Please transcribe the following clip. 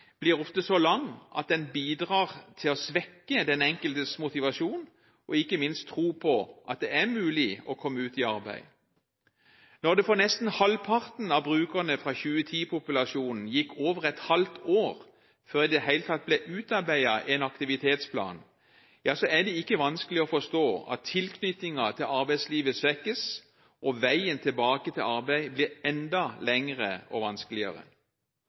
blir ofte så lang at det bidrar til å svekke den enkeltes motivasjon og ikke minst tro på at det er mulig å komme ut i arbeid. Når det for nesten halvparten av brukerne fra 2010-populasjonen gikk over et halvt år før det i det hele tatt ble utarbeidet en aktivitetsplan, er det ikke vanskelig å forstå at tilknytningen til arbeidslivet svekkes, og veien tilbake til arbeid blir enda lengre